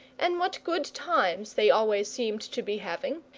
and what good times they always seemed to be having,